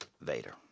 Vader